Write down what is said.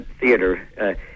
theater